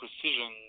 precision